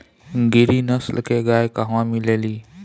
गिरी नस्ल के गाय कहवा मिले लि?